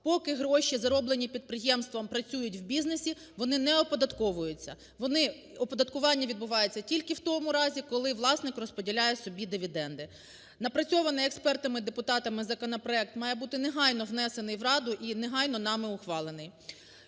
Поки гроші, зароблені підприємством, працюють в бізнесі, вони не оподатковуються, вони... оподаткування відбувається тільки в тому разі, коли власник розподіляє собі дивіденди. Напрацьований експертами, депутатами законопроект має бути негайно внесений в Раду і негайно нами ухвалений.